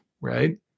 Right